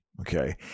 Okay